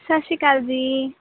ਸਤਿ ਸ਼੍ਰੀ ਅਕਾਲ ਜੀ